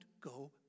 go